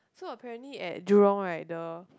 so apparently at Jurong right the